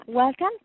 Welcome